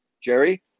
Jerry